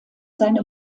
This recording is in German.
seine